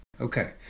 Okay